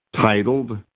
titled